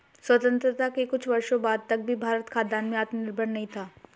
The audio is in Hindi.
स्वतंत्रता के कुछ वर्षों बाद तक भी भारत खाद्यान्न में आत्मनिर्भर नहीं था